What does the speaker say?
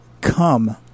come